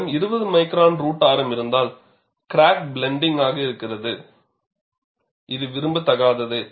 உங்களிடம் 20 micron root ஆரம் இருந்தால் கிராக் பிளண்டிங்க் இருக்கிறது இது விரும்பத்தகாதது